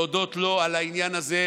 להודות לו על העניין הזה,